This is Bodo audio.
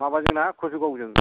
माबाजों ना कसुगावजों